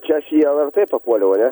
čia aš į lrt papuoliau ane